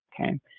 okay